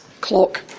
clock